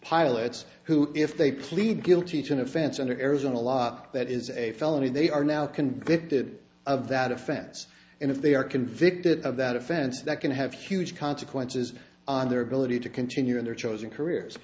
pilots who if they plead guilty to an offense under arizona law that is a felony they are now convicted of that offense and if they are convicted of that offense that can have huge consequences on their ability to continue in their chosen careers